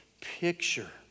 picture